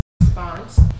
response